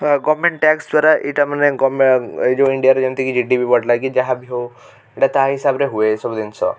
ବା government tax ଦ୍ବାରା ଏଇଟା ମାନେ ଗମେ ଏଇ ଯେଉଁ ଇଣ୍ଡିଆରେ ଯେମିତି କି ଜି ଡି ପି ବଢ଼ିଲା କି ଯାହା ବି ହଉ ଏଇଟା ତା ହିସାବରେ ହୁଏ ସବୁ ଜିନିଷ